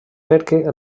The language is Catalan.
perquè